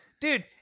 Dude